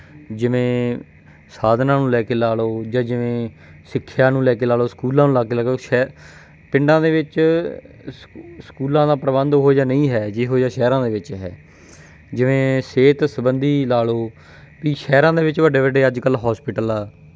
ਜਿਵੇਂ ਸਾਧਨਾਂ ਨੂੰ ਲੈ ਕੇ ਲਾ ਲਓ ਜਾਂ ਜਿਵੇਂ ਸਿੱਖਿਆ ਨੂੰ ਲੈ ਕੇ ਲਾ ਲਓ ਸਕੂਲਾਂ ਨੂੰ ਅਲੱਗ ਲੈ ਕੇ ਸ਼ਹਿ ਪਿੰਡਾਂ ਦੇ ਵਿੱਚ ਸਕੂ ਸਕੂਲਾਂ ਦਾ ਪ੍ਰਬੰਧ ਉਹ ਜਿਹਾ ਨਹੀਂ ਹੈ ਜਿਹੋ ਜਿਹਾ ਸ਼ਹਿਰਾਂ ਦੇ ਵਿੱਚ ਹੈ ਜਿਵੇਂ ਸਿਹਤ ਸੰਬੰਧੀ ਲਾ ਲਓ ਵੀ ਸ਼ਹਿਰਾਂ ਦੇ ਵਿੱਚ ਵੱਡੇ ਵੱਡੇ ਅੱਜ ਕੱਲ੍ਹ ਹੋਸਪਿਟਲ ਆ